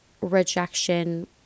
rejection